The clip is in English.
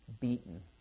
Beaten